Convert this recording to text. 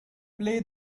play